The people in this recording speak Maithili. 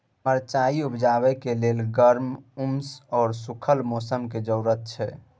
मरचाइ उपजेबाक लेल गर्म, उम्मस आ सुखल मौसमक जरुरत छै